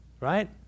right